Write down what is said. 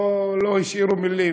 לא השאירו מילים,